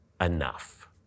enough